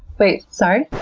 wait, sorry?